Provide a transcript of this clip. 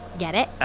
get it?